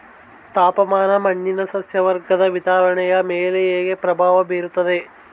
ತಾಪಮಾನ ಮಣ್ಣಿನ ಸಸ್ಯವರ್ಗದ ವಿತರಣೆಯ ಮೇಲೆ ಹೇಗೆ ಪ್ರಭಾವ ಬೇರುತ್ತದೆ?